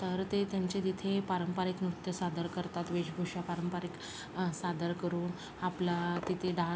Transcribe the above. तर ते त्यांचे तिथे पारंपरिक नृत्य सादर करतात वेशभूषा पारंपरिक सादर करून आपला तिथे डाह